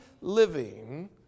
living